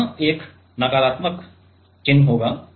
तो वहाँ एक नकारात्मक संकेत होगा